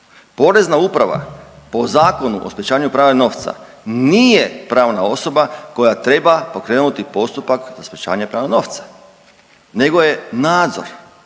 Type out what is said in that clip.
Porezna uprava po Zakonu o sprečavanju pranja novca nije pravna osoba koja treba pokrenuti postupak za sprečavanje pranja novca nego je nadzor.